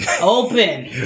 open